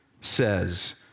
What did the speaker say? says